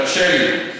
תרשה לי.